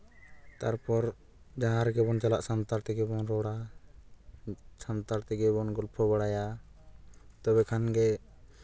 ᱛᱟᱨᱯᱚᱨ ᱡᱟᱦᱟᱸ ᱨᱮᱜᱮ ᱵᱚᱱ ᱪᱟᱞᱟᱜ ᱥᱟᱱᱛᱟᱲ ᱛᱮᱜᱮ ᱵᱚᱱ ᱨᱚᱲᱟ ᱥᱟᱱᱛᱟᱲ ᱛᱮᱜᱮ ᱵᱚᱱ ᱜᱚᱞᱯᱷᱚ ᱵᱟᱲᱟᱭᱟ ᱛᱚᱵᱮ ᱠᱷᱟᱱᱜᱮ